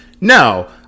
no